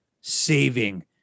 saving